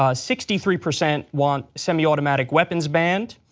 ah sixty three percent want semiautomatic weapons banned.